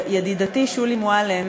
וידידתי שולי מועלם,